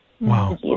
Wow